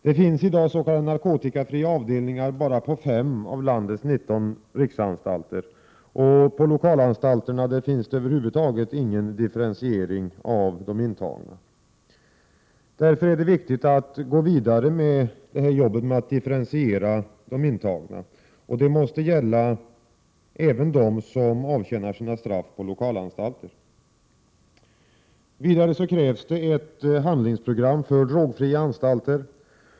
Det finns i dag s.k. narkotikafria avdelningar bara på fem av landets 19 riksanstalter, och på lokalanstalterna finns över huvud taget ingen differentiering av de intagna. Därför är det viktigt att gå vidare med arbetet att differentiera de intagna. Prot. 1987/88:110 Detta måste gälla även dem som avtjänar sina straff på lokalanstalterna. Vidare krävs ett handlingsprogram för drogfria anstalter.